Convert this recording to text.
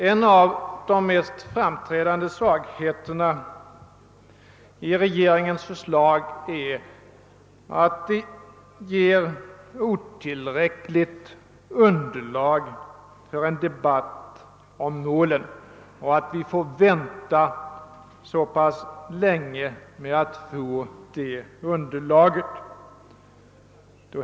En av de mest framträdande svagheterna i regeringens förslag är att detta i dag ger otillräckligt underlag för en debatt om målen och att vi får vänta så länge på att få detta underlag.